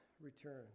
return